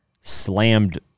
slammed